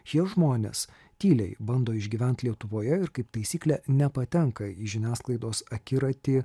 šie žmonės tyliai bando išgyvent lietuvoje ir kaip taisyklė nepatenka į žiniasklaidos akiratį